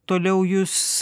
toliau jūs